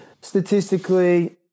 statistically